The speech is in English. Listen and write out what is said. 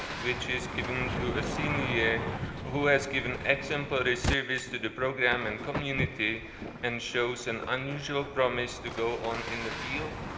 which is given to a senior who has given excellent but service to the program and community and shows an unusual promise to go on in the field.